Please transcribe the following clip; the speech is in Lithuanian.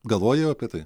galvoji jau apie tai